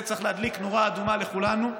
צריכים להדליק נורה אדומה אצל כולנו,